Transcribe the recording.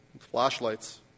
flashlights